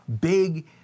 big